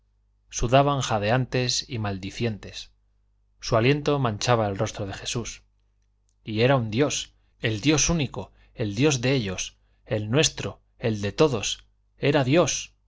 sudaban jadeantes y maldicientes su aliento manchaba el rostro de jesús y era un dios el dios único el dios de ellos el nuestro el de todos era dios